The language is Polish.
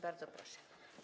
Bardzo proszę.